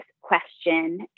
question